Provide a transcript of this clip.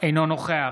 אינו נוכח